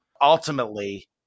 Ultimately